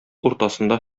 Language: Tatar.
уртасында